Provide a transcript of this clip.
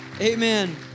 Amen